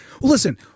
listen